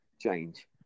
change